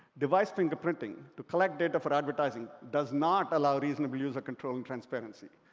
device fingerprinting to collect data for advertising does not allow reasonable user control and transparency,